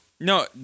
no